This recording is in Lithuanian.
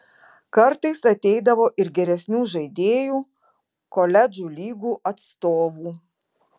kartais ateidavo ir geresnių žaidėjų koledžų lygų atstovų